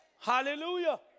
Hallelujah